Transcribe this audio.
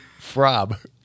frob